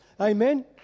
Amen